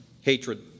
Hatred